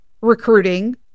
recruiting